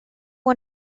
one